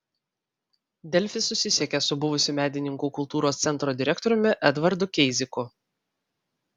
delfi susisiekė su buvusiu medininkų kultūros centro direktoriumi edvardu keiziku